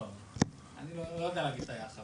לא, אני לא יודע להגיד את היחס.